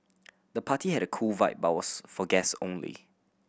the party had a cool vibe but was for guest only